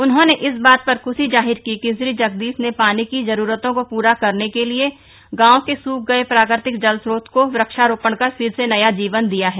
उन्होंने इस बात पर खूशी जाहिर की कि श्री जगदीश ने पानी की जरूरतों को पूर्ण करने के लिए गांव के सूख गये प्राकृतिक जल स्रोत्र को वृक्षारोपण कर फिर से नया जीवन दिया है